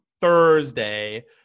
Thursday